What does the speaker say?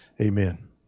amen